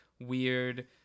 weird